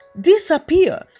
disappear